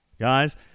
Guys